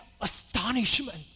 astonishment